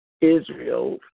Israel